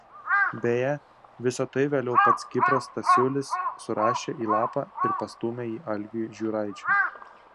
beje visa tai vėliau pats kipras stasiulis surašė į lapą ir pastūmė jį algiui žiūraičiui